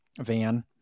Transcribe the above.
van